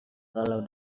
kalau